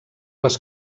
les